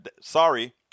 sorry